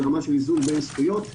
ברמת איזון בין זכויות,